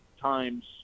times